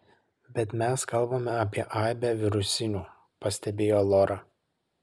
bet mes kalbame apie aibę virusinių pastebėjo lora